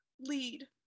lead